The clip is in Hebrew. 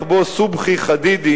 הטיח בו סובחי חדידי,